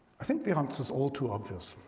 i think the answer is all too obvious.